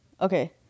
Okay